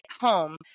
home